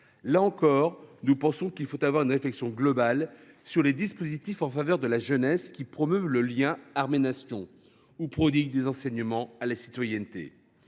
Là encore, nous pensons qu’il faut engager une réflexion globale sur les dispositifs en faveur de la jeunesse qui promeuvent le lien entre l’armée et la Nation ou qui prodiguent des enseignements à la citoyenneté.